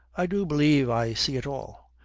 i do believe i see it all.